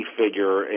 figure